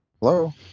Hello